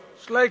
שלייקעס.